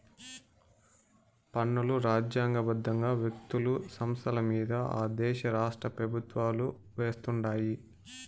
పన్నులు రాజ్యాంగ బద్దంగా వ్యక్తులు, సంస్థలమింద ఆ దేశ రాష్ట్రపెవుత్వాలు వేస్తుండాయి